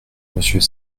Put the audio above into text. monsieur